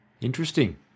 Interesting